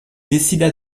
décida